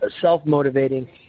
self-motivating